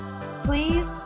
please